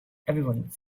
everyone